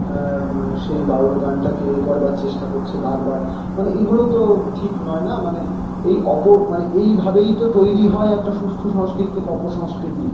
সেই বাউল গানটাকে করবার চেষ্টা করছে বারবার মানে এগুলো তো ঠিক নয় না মানে এই অপো মানে এইভাবেই তো তৈরি হয় একটা সুস্থ সংস্কৃতি থেকে অপসংস্কৃতির